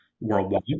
worldwide